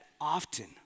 often